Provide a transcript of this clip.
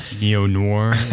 Neo-noir